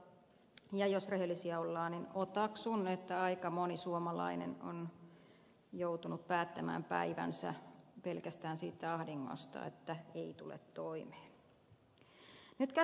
ja jos rehellisiä ollaan otaksun että aika moni suomalainen on joutunut päättämään päivänsä pelkästään siitä ahdingosta että ei tule toimeen